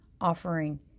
offering